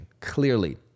Clearly